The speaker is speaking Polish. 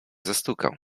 zastukał